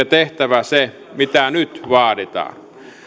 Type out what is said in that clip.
tehtävä se mitä nyt vaaditaan